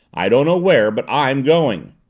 i don't know where, but i'm going!